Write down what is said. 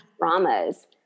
dramas